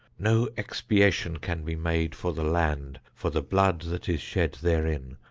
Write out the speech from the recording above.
no expiation can be made for the land for the blood that is shed therein,